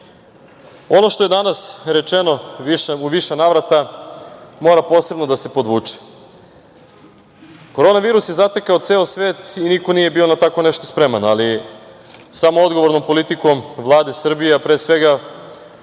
što je danas rečeno u više navrata mora posebno da se podvuče. Korona virus je zatekao ceo svet i niko nije bio na tako nešto spreman, ali samo odgovornom politikom Vlade Srbije, a pre svega